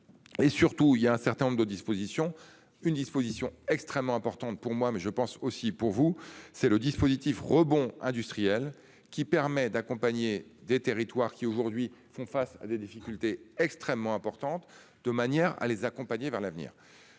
Et surtout il y a un certain nombre de dispositions. Une disposition extrêmement importante pour moi mais je pense aussi pour vous, c'est le dispositif rebond industriel qui permet d'accompagner des territoires qui aujourd'hui font face à des difficultés extrêmement importante de manière à les accompagner vers l'avenir.